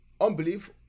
Unbelief